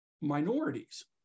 minorities